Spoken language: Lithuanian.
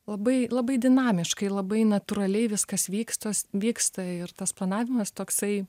labai labai dinamiškai labai natūraliai viskas vykstos vyksta ir tas planavimas toksai